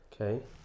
Okay